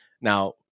Now